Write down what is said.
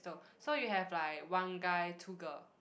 so you have like one guy two girl